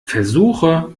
versuche